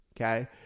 Okay